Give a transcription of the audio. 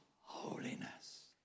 holiness